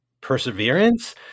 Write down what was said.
perseverance